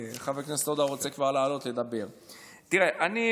כי חבר הכנסת עודה רוצה כבר לעלות לדבר.